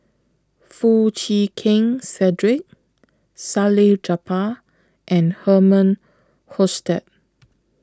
Foo Chee Keng Cedric Salleh Japar and Herman Hochstadt